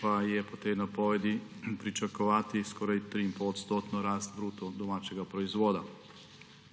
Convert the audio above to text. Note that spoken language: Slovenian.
pa je po tej napovedi pričakovati skoraj 3,5-odsotno rast bruto domačega proizvoda.